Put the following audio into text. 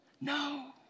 No